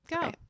Go